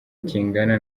kingana